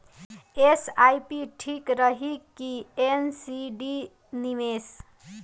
SIP ठीक रही कि एन.सी.डी निवेश?